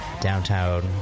downtown